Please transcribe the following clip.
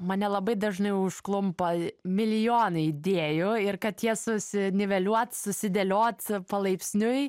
mane labai dažnai užklumpa milijonai idėjų ir kad jas susiniveliuot susidėliot palaipsniui